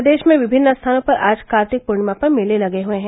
प्रदेश में विमिन्न स्थानों पर आज कार्तिक पूर्णिमा पर मेले लगे हैं